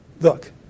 Look